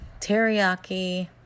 teriyaki